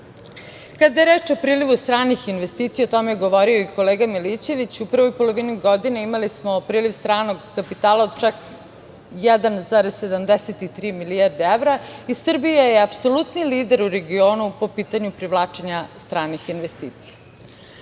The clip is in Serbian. je reč o prilivu stranih investicija, o tome je govorio i kolega Milićević, u prvoj polovini godine imali smo priliv stranog kapitala od čak 1,73 milijarde evra i Srbija je apsolutni lider u regionu, po pitanju privlačenja stranih investicija. Ono